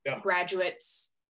graduates